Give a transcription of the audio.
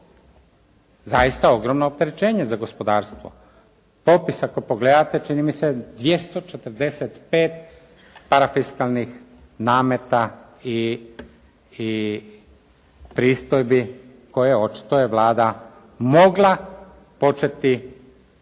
zaista ogromno opterećenje za gospodarstvo. Popis ako pogledati, čini mi se 245 parafiskalnih nameta i pristojbi koje očito je Vlada mogla početi